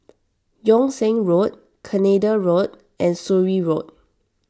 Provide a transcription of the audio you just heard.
Yung Sheng Road Canada Road and Surrey Road